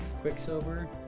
Quicksilver